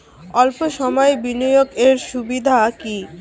অল্প সময়ের বিনিয়োগ এর সুবিধা কি?